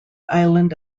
island